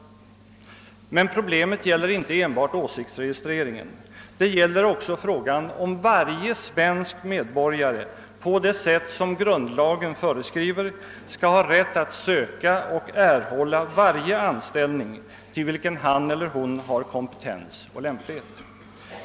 Men problemet gäller inte enbart åsiktsregistreringen — det gäller också frågan om varje svensk medborgare, på det sätt som grundlagen föreskriver, skall ha rätt att söka och erhålla varje anställning för vilken han eller hon har kompetens och lämplighet.